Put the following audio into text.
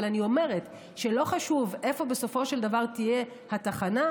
אבל אני אומרת שלא חשוב איפה בסופו של דבר תהיה התחנה,